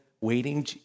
waiting